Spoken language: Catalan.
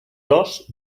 dos